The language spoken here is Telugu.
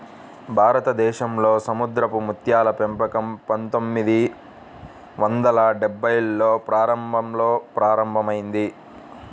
భారతదేశంలో సముద్రపు ముత్యాల పెంపకం పందొమ్మిది వందల డెభ్భైల్లో ప్రారంభంలో ప్రారంభమైంది